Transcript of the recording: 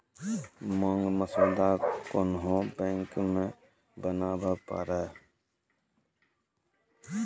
मांग मसौदा कोन्हो बैंक मे बनाबै पारै